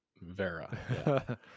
Vera